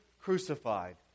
crucified